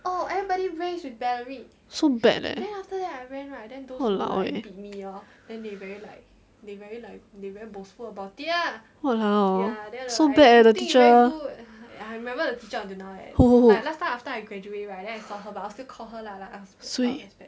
so bad leh !walao! eh !walao! so bad eh the teacher who who who 谁